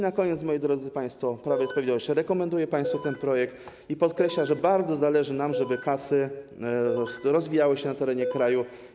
Na koniec, moi drodzy państwo, Prawo i Sprawiedliwość rekomenduje państwu ten projekt i podkreśla, że bardzo zależy nam na tym, żeby kasy rozwijały się na terenie kraju.